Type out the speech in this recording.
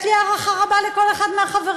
יש לי הערכה רבה לכל אחד מהחברים,